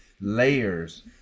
layers